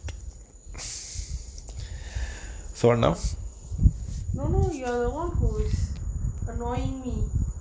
no no you are the [one] who is annoying me